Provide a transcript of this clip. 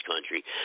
country